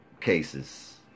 cases